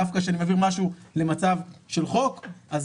דווקא כשאני מעביר משהו למצב של חוק אז